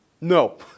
No